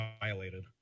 violated